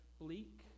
bleak